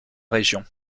région